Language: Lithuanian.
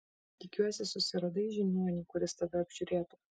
tikiuosi susiradai žiniuonį kuris tave apžiūrėtų